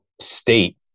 state